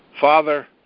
Father